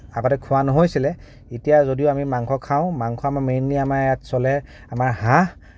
আগতে খোৱা নহৈছিলে এতিয়া যদিও আমি মাংস খাওঁ মাংস আমাৰ মেইনলি ইয়াত চলে আমাৰ হাঁহ